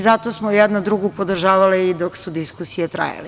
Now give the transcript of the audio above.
Zato smo jedna drugu podržavale i dok su diskusije trajale.